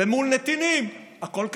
ומול נתינים הכול כשר.